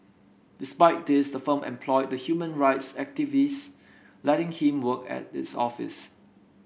despite this the firm employed the human rights activist letting him work at its office